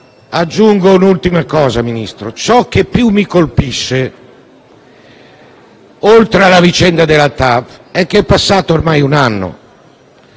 Aggiungo un'ultima questione, Ministro. Ciò che più mi colpisce, oltre alla vicenda della linea TAV, è che è passato ormai un anno: